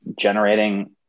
generating